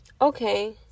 Okay